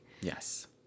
Yes